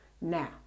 Now